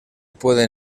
pueden